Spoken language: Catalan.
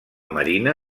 marina